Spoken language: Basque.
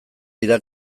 dira